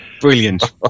Brilliant